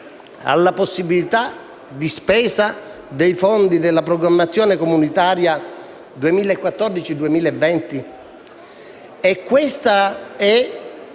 alla possibilità di spesa dei fondi della programmazione comunitaria 2014-2020.